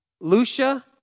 Lucia